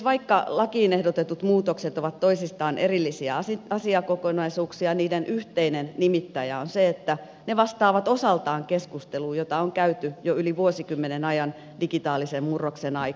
vaikka lakiin ehdotetut muutokset ovat toisistaan erillisiä asiakokonaisuuksia niiden yhteinen nimittäjä on se että ne vastaavat osaltaan keskusteluun jota on käyty jo yli vuosikymmenen ajan digitaalisen murroksen aikana